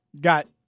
got